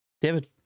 David